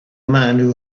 man